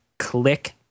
Click